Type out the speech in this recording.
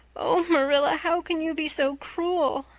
oh, marilla, how can you be so cruel?